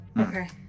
Okay